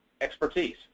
expertise